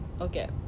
Okay